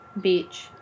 Beach